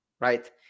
right